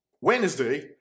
Wednesday